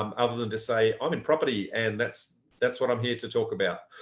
um other than to say i'm in property. and that's that's what i'm here to talk about.